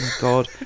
God